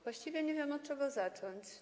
Właściwie nie wiem, od czego zacząć.